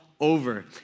Over